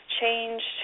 changed